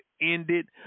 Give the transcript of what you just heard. ended